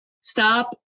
Stop